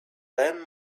learn